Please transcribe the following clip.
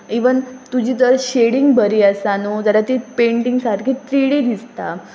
even तुजी जर shading बरी आसा न्हय जाल्यार ती पेंटींग सारकी थ्रीडी दिसता